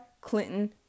Clinton